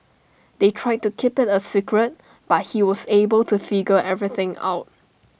they tried to keep IT A secret but he was able to figure everything out